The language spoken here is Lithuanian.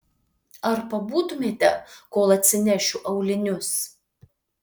ar pabūtumėte kol atsinešiu aulinius